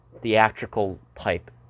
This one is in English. theatrical-type